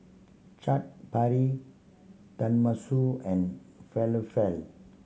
Chaat Papri Tenmusu and Falafel